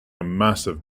massive